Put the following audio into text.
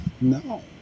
No